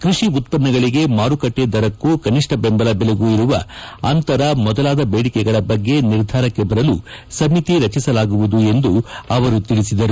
ಕ್ಷಷಿ ಉತ್ಸನ್ನಗಳಿಗೆ ಮಾರುಕಟ್ಟೆ ದರಕ್ಕೂ ಕನಿಷ್ಠ ಬೆಂಬಲ ಬೆಲೆಗೂ ಇರುವ ಅಂತರ ಮೊದಲಾದ ಬೇಡಿಕೆಗಳ ಬಗ್ಗೆ ನಿರ್ಧಾರಕ್ಕೆ ಬರಲು ಸಮಿತಿ ರಚಿಸಲಾಗುವುದು ಎಂದು ತಿಳಿಸಿದರು